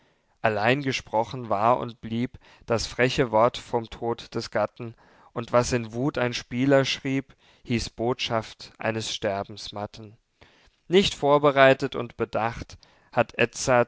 allein gesprochen war und blieb das freche wort vom tod des gatten und was in wuth ein spieler schrieb hieß botschaft eines sterbensmatten nicht vorbereitet und bedacht hatt